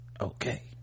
okay